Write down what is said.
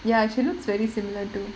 ya she looks very similar too